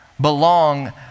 belong